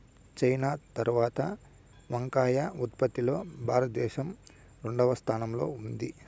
China తరవాత వంకాయ ఉత్పత్తి లో భారత దేశం రెండవ స్థానం లో ఉన్నాది